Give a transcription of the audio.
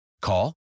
Call